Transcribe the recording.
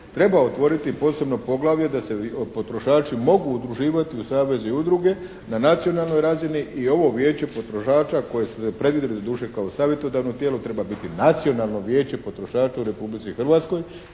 Treba otvoriti posebno poglavlje da se potrošači mogu udruživati u savez i udruge na nacionalnoj razini i ovo Vijeće potrošača koje ste predvidjeli doduše kao savjetodavno tijelo treba biti nacionalno vijeće potrošača u Republici Hrvatskoj,